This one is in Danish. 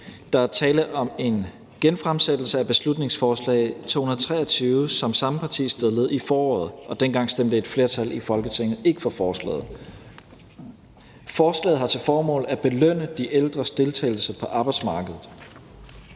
Der er tale om en genfremsættelse af beslutningsforslag nr. B 223, som samme parti fremsatte i foråret, og dengang stemte et flertal i Folketinget ikke for forslaget. Forslaget har til formål at belønne de ældres deltagelse på arbejdsmarkedet,